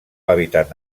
hàbitat